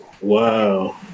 Wow